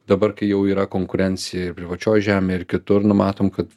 dabar kai jau yra konkurencija ir privačioj žemėj ir kitur nu matom kad